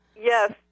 Yes